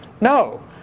No